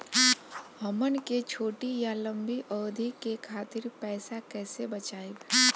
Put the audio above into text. हमन के छोटी या लंबी अवधि के खातिर पैसा कैसे बचाइब?